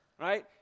Right